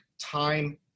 time